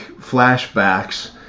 flashbacks